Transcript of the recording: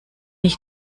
ich